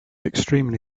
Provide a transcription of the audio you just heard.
extremely